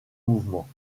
mouvements